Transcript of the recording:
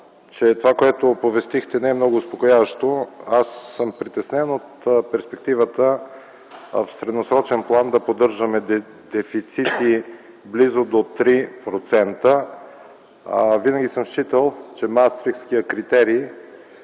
това, което оповестихте, не е много успокояващо. Притеснен съм от перспективата в средносрочен план да поддържаме дефицити близо до 3%. Винаги съм считал, че маастрихтския критерий